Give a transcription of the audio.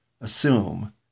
assume